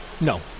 No